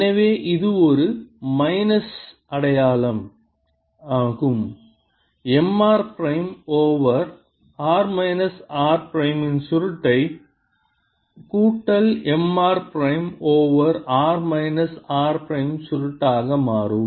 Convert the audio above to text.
எனவே இது ஒரு மைனஸ் அடையாளம் ஆகும் M r prime over r minus r prime இன் சுருட்டை கூட்டல் M r prime over r minus r prime சுருட்டாக மாறும்